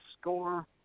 score